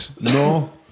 no